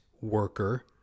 worker